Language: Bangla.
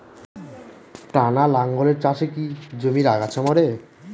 টানা লাঙ্গলের চাষে কি জমির আগাছা মরে?